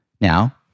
Now